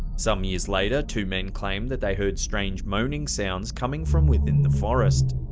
some years later, two men claimed that they heard strange moaning sounds coming from within the forest.